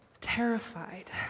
terrified